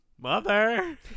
Mother